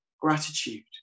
gratitude